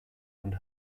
und